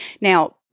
Now